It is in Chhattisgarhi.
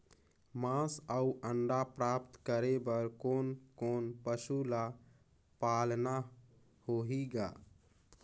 मांस अउ अंडा प्राप्त करे बर कोन कोन पशु ल पालना होही ग?